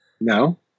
No